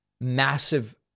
massive